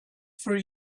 for